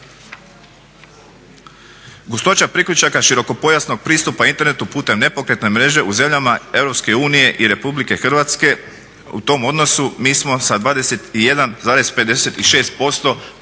Gustoća priključaka širokopojasnog pristupa internetu putem nepokretne mreže u zemljama EU i RH u tom odnosu mi smo sa 21,56%